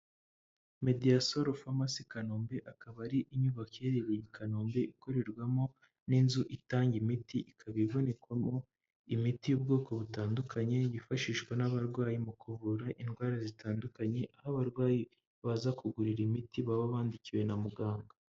Mediya soru famasi Kanombe akaba ari inyubako iherereye i Kanombe ikorerwamo n'inzu itanga imiti ikaba ibonekamo imiti y'ubwoko butandukanye yifashishwa n'abarwayi mu kuvura indwara zitandukanye aho abarwayi baza kugurira imiti baba bandikiwe na muganga.